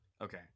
Okay